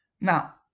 now